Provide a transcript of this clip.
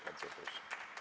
Bardzo proszę.